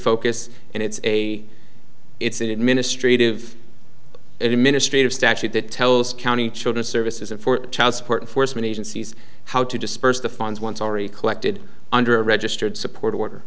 focus and it's a it's an administrative administrative statute that tells county children services and for child support enforcement agencies how to disperse the funds once already collected under a registered support order